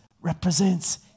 represents